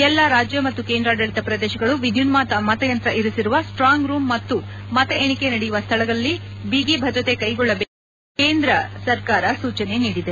ಎಲ್ಲಾ ರಾಜ್ಯ ಮತ್ತು ಕೇಂದ್ರಾಡಳಿತ ಪ್ರದೇಶಗಳು ವಿದ್ಯುನ್ಮಾನ ಮತಯಂತ್ರ ಇರಿಸಿರುವ ಸ್ಟಾಂಗ್ ರೂಂ ಮತ್ತು ಮತ ಎಣಿಕೆ ನಡೆಯುವ ಸ್ಥಳದಲ್ಲಿ ಬಿಗಿ ಭದ್ರತೆ ಕೈಗೊಳ್ಳಬೇಕು ಎಂದು ಸಚಿವಾಲಯದ ಹೇಳಿಕೆ ತಿಳಿಸಿದೆ